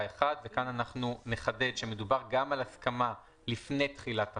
(1) כאן אנחנו נחדד שמדובר גם על הסכמה לפני תחילת החוק,